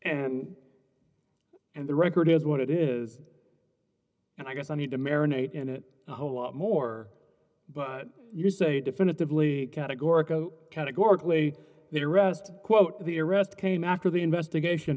and and the record is what it is and i guess i need to marinate in it a whole lot more but you say definitively categorical categorically that arrest quote the arrest came after the investigation